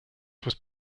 was